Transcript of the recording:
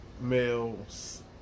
males